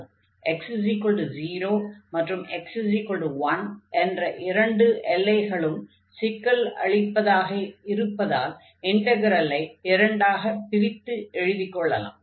x0 மற்றும் x1 என்ற இரண்டு எல்லைகளும் சிக்கல் அளிப்பதாக இருப்பதால் இன்டக்ரலை இரண்டாகப் பிரித்து எழுதிக் கொள்ளலாம்